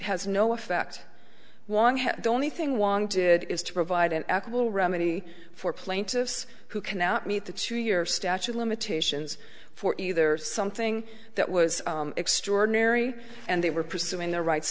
has no effect one had only thing wanted is to provide an equal remedy for plaintiffs who cannot meet the two year statute limitations for either something that was extraordinary and they were pursuing the right